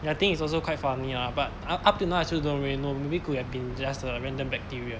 and I think it's also quite funny ah but up till now I still don't really know maybe could have been just a random bacteria